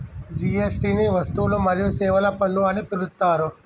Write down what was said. GST ని వస్తువులు మరియు సేవల పన్ను అని పిలుత్తారు